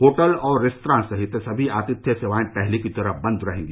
hotel और restaurant सहित सभी आतिथ्य सेवाएं पहले की तरह बंद रहेंगी